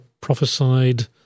prophesied